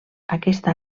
aquesta